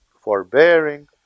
Forbearing